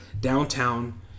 downtown